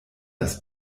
das